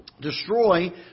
destroy